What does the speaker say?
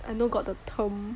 I know got the term